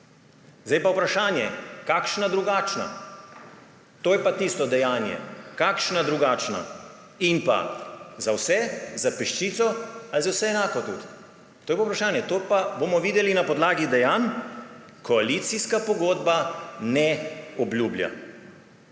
Zdaj pa vprašanje: Kakšna drugačna? To je pa tisto dejanje − kakšna drugačna? In pa za vse, za peščico ali za vse enako tudi? To pa je vprašanje, to pa bomo videli na podlagi dejanj. Koalicijska pogodba ne obljublja.